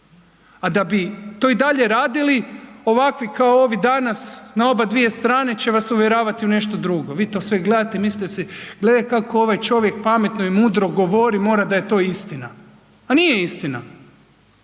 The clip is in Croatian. A da bi to i dalje radili ovakvi kao ovi danas na oba dvije strane će vas uvjeravati u nešto drugo. Vi to sve gledate i mislite si gledaj kako ovaj čovjek pametno i mudro govori mora da je to istina. Ma nije istina.